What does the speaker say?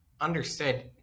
Understood